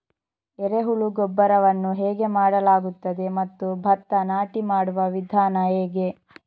ಎರೆಹುಳು ಗೊಬ್ಬರವನ್ನು ಹೇಗೆ ಮಾಡಲಾಗುತ್ತದೆ ಮತ್ತು ಭತ್ತ ನಾಟಿ ಮಾಡುವ ವಿಧಾನ ಹೇಗೆ?